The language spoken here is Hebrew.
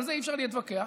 על זה אי-אפשר להתווכח.